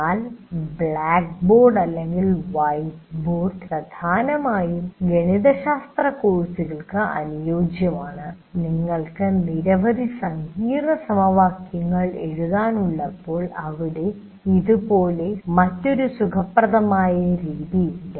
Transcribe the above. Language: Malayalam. എന്നാൽ ബ്ലാക്ക് ബോർഡ് അല്ലെങ്കിൽ വൈറ്റ് ബോർഡ് പ്രധാനമായും ഗണിതശാസ്ത്ര കോഴ്സുകൾക്ക് അനുയോജ്യമാണ് നിങ്ങൾക്ക് നിരവധി സങ്കീർണമായ സമവാക്യങ്ങൾ എഴുതാൻ ഉള്ളപ്പോൾ അവിടെ ഇതുപോലെ മറ്റൊരു സുഖപ്രദമായ രീതി ഇല്ല